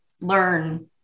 learn